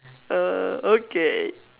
uh okay